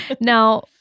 Now